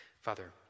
Father